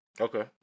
Okay